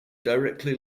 directly